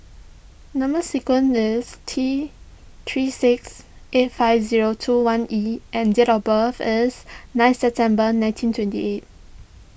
Number Sequence is T three six eight five zero two one E and date of birth is nine September nineteen twenty eight